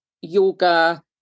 yoga